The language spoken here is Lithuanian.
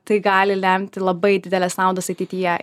tai gali lemti labai dideles naudas ateityje